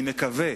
אני מקווה,